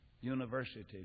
University